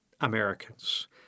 Americans